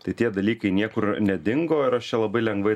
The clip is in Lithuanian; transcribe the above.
tai tie dalykai niekur nedingo ar aš čia labai lengvai